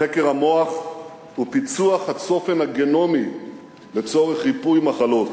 חקר המוח ופיצוח הצופן הגנומי לצורך ריפוי מחלות.